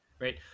right